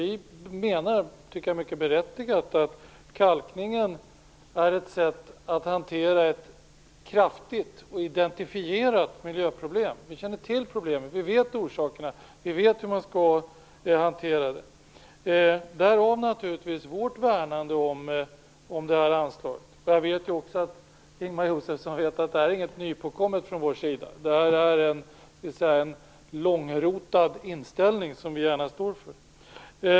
Vi menar, som jag tycker mycket berättigat, att kalkningen är ett sätt att hantera ett kraftigt och identifierat miljöproblem. Vi känner till problemet, vi vet orsakerna och vi vet hur man skall hantera det. Däri bottnar naturligtvis vårt värnande om anslaget. Jag vet också att Ingemar Josefsson vet att det här inte är något nyligen påkommet från vår sida. Det här är en långrotad inställning som vi gärna står för.